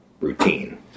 routine